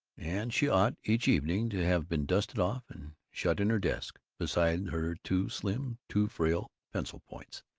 and she ought, each evening, to have been dusted off and shut in her desk beside her too-slim, too-frail pencil points.